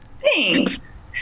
Thanks